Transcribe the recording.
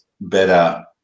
better